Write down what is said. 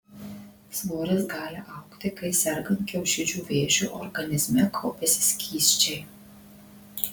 svoris gali augti kai sergant kiaušidžių vėžiu organizme kaupiasi skysčiai